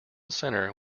center